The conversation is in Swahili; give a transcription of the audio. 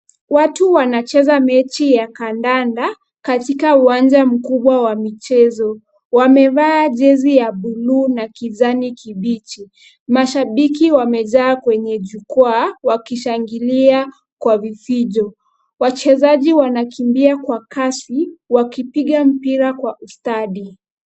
Watu wanacheza mechi ya kandanda katika uwanja mkubwa wa michezo. Wamevaa jezi ya blue na kijani kibichi. Mashabiki wamejaa kwenye jukwaa wakishangilia kwa vifijo. Wachezaji wanakimbia kwa kasi wakipiga mpira kwa ustadi.